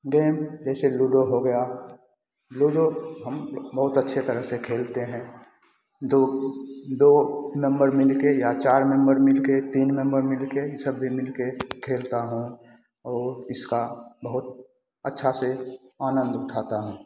game जैसे ludo हो गया ये जो हम बहुत अच्छे तरह से खेलते हैं दो दो नंबर मिलके या चार नंबर मिलके तीन नंबर मिलके ये सब भी मिलके खेलता हूँ और इसका बहुत अच्छा से आनंद उठाता हूँ